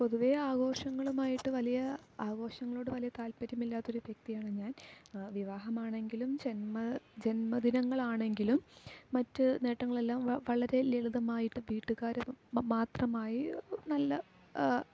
പൊതുവെ ആഘോഷങ്ങളുമായിട്ട് വലിയ ആഘോഷങ്ങളോട് വലിയ താൽപര്യമില്ലാത്തൊരു വ്യക്തിയാണ് ഞാൻ വിവാഹമാണെങ്കിലും ജന്മ ജന്മ ദിനങ്ങളാണെങ്കിലും മറ്റ് നേട്ടങ്ങളെല്ലാം വളരെ ലളിതമായിട്ട് വീട്ടുകാർ മാത്രമായി നല്ല